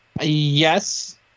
Yes